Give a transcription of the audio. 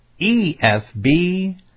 EFB